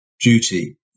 duty